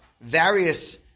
various